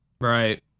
Right